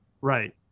Right